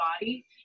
body